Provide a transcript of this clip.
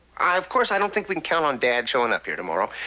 of course i don't think we can count on dad showing up here tomorrow.